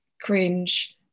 cringe